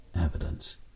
evidence